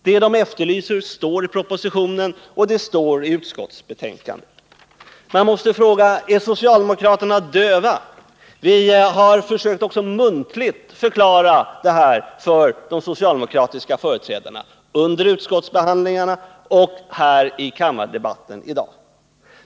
Vad de efterlyser står ju i propositionen och i utskottsbetänkandet. Man måste fråga: Är socialdemokraterna döva? Vi har nämligen försökt att också muntligen förklara detta för de socialdemokratiska företrädarna, dels under utskottsbehandlingarna, dels här i kammardebatten i dag.